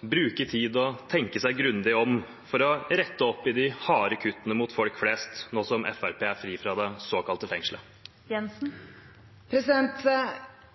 bruke tid og tenke seg grundig om, som det heter, for å rette opp i de harde kuttene mot folk flest, nå som Fremskrittspartiet er fri fra det såkalte fengselet?